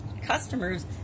customers